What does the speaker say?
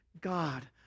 God